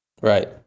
Right